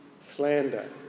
slander